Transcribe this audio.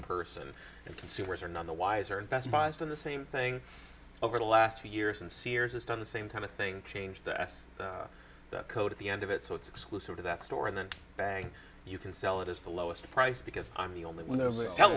in person and consumers are none the wiser and best buys on the same thing over the last few years and sears has done the same kind of thing change the us code at the end of it so it's exclusive to that store and then bang you can sell it as the lowest price because i'm the only